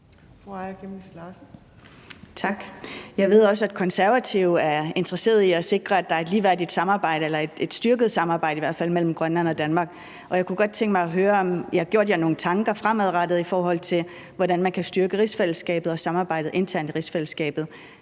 Jeg ved også, at Konservative er interesserede i at sikre, at der er et ligeværdigt eller i hvert fald et styrket samarbejde imellem Grønland og Danmark. Jeg kunne godt tænke mig at høre, om I har gjort jer nogle tanker fremadrettet, i forhold til hvordan man kan styrke rigsfællesskabet og samarbejdet internt i rigsfællesskabet,